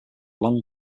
long